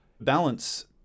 balance